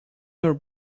your